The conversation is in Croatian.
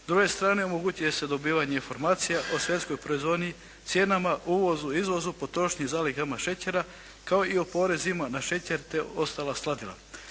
S druge strane, omogućuje se dobivanje informacija o svjetskoj proizvodnji, cijenama, uvozu, izvozu, potrošnji i zalihama šećera kao i o porezima na šećer te ostala sladila.